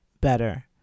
better